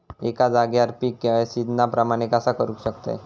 एका जाग्यार पीक सिजना प्रमाणे कसा करुक शकतय?